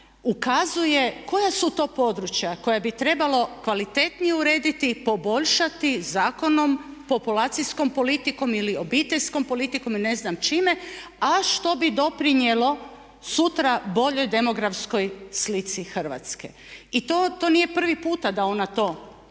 ukazuje koja su to područja koja bi trebalo kvalitetnije urediti, poboljšati zakonom, populacijskom politikom ili obiteljskom politikom i ne znam čime a što bi doprinijelo sutra boljoj demografskoj slici Hrvatske. I to nije prvi puta da ona to govori.